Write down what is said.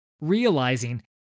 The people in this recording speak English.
realizing